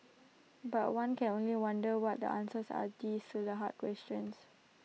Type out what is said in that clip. but one can only wonder what the answers are these though the hard questions